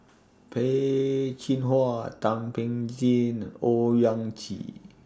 Peh Chin Hua Thum Ping Tjin Owyang Chi